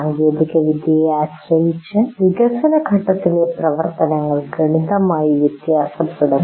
സാങ്കേതികവിദ്യയെ ആശ്രയിച്ച് വികസന ഘട്ടത്തിലെ പ്രവർത്തനങ്ങൾ ഗണ്യമായി വ്യത്യാസപ്പെടും